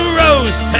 rose